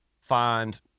find